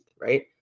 right